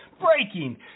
Breaking